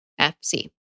FC